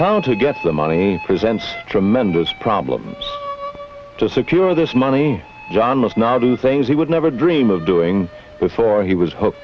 how to get the money presents tremendous problems to secure this money john must now do things he would never dream of doing before he was hooked